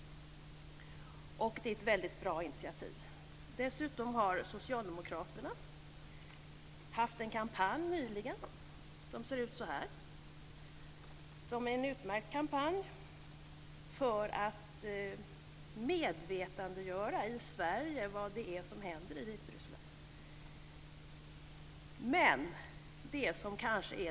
Det är ett väldigt bra initiativ. Dessutom har Socialdemokraterna nyligen haft en kampanj i form av det dokument som jag här håller i handen - en utmärkt kampanj för att i Sverige medvetandegöra vad det är som händer i Vitryssland.